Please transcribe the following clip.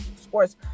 sports